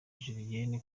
julienne